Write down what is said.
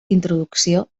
introducció